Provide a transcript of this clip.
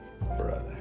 Brother